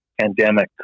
pandemic